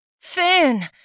Finn